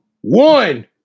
one